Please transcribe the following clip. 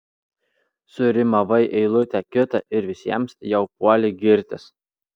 surimavai eilutę kitą ir visiems jau puoli girtis